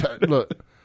Look